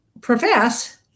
profess